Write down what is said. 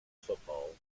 football